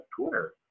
Twitter